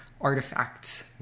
artifacts